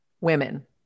Women